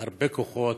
הרבה כוחות,